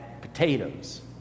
potatoes